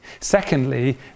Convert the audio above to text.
secondly